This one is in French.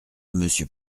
monsieur